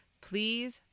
Please